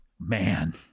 Man